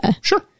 sure